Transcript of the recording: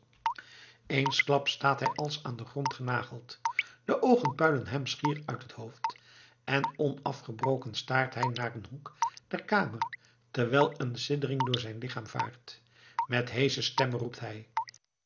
eensklaps staat hij als aan den grond genageld de oogen puilen hem schier uit het hoofd en onafgebroken staart hij naar een hoek der kamer terwijl een siddering door zijn lichaam vaart met heesche stem roept hij